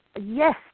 Yes